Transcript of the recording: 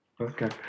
Okay